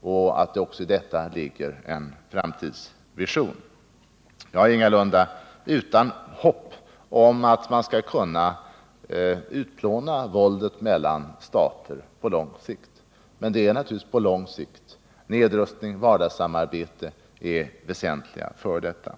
och att det i detta också ligger en framtidsvision. Jag är ingalunda utan hopp om att man på lång sikt skall kunna utplåna våldet mellan stater — men det är naturligtvis på lång sikt. Nedrustning och vardagssamarbete är väsentliga medel för att uppnå detta.